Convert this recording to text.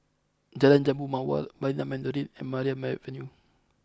Jalan Jambu Mawar Marina Mandarin and Maria Avenue